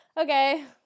Okay